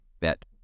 Bet